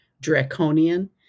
draconian